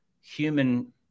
human